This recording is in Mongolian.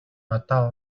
одоо